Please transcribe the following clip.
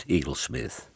Eaglesmith